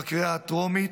בקריאה הטרומית,